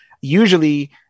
usually